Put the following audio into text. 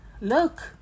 Look